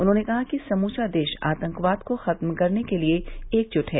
उन्होंने कहा कि समूचा देश आतंकवाद को खत्म करने के लिए एकजुट है